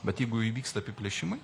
bet jeigu įvyksta apiplėšimai